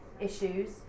issues